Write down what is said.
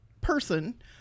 person